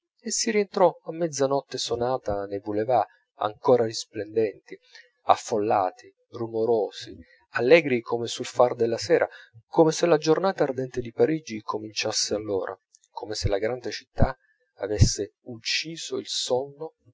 e si rientrò a mezzanotte sonata nei boulevards ancora risplendenti affollati rumorosi allegri come sul far della sera come se la giornata ardente di parigi cominciasse allora come se la grande città avesse ucciso il sonno